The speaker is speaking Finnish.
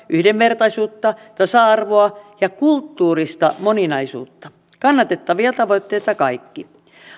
yhdenvertaisuutta tasa arvoa ja kulttuurista moninaisuutta kannatettavia tavoitteita kaikki